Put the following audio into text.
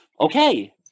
Okay